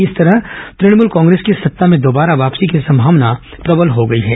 इस तरह तुणमल कांग्रेस की सत्ता में दोबार वापसी की संभावना प्रबल हो गई है